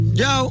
yo